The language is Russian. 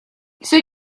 все